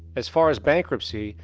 as far as bankruptcy,